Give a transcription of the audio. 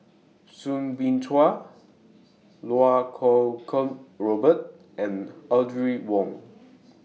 Soo Bin Chua Iau Kuo Kwong Robert and Audrey Wong